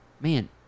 man